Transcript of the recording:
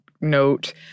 note